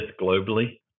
globally